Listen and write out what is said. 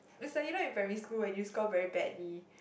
it's like you know in primary school and you score very badly